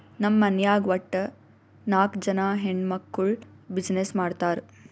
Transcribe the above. ನಮ್ ಮನ್ಯಾಗ್ ವಟ್ಟ ನಾಕ್ ಜನಾ ಹೆಣ್ಮಕ್ಕುಳ್ ಬಿಸಿನ್ನೆಸ್ ಮಾಡ್ತಾರ್